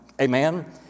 Amen